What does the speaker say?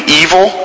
evil